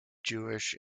jewish